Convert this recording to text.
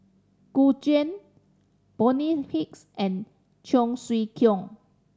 Gu Juan Bonny Hicks and Cheong Siew Keong